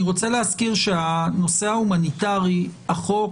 אני רוצה להזכיר שהנושא ההומניטרי, החוק